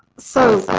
so,